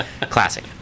classic